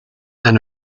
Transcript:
and